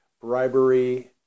bribery